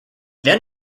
then